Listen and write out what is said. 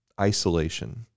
isolation